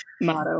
motto